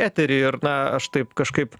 eterį ar na aš taip kažkaip